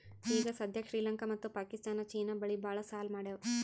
ಈಗ ಸದ್ಯಾಕ್ ಶ್ರೀಲಂಕಾ ಮತ್ತ ಪಾಕಿಸ್ತಾನ್ ಚೀನಾ ಬಲ್ಲಿ ಭಾಳ್ ಸಾಲಾ ಮಾಡ್ಯಾವ್